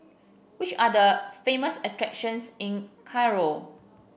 which are the famous attractions in Cairo